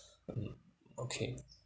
okay